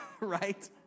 right